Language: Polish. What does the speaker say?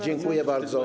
Dziękuję bardzo.